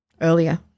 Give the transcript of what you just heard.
Earlier